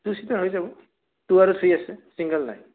two seater হৈ যাব two আৰু থ্ৰী আছে ছিংগল নাই